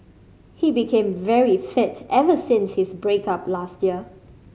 he became very fit ever since his break up last year